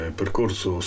percorso